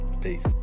Peace